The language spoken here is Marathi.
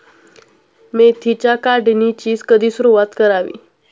मेथीच्या काढणीची कधी सुरूवात करावी?